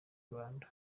rwanda